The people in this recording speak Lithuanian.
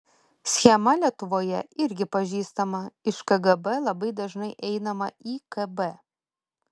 schema lietuvoje irgi pažįstama iš kgb labai dažnai einama į kb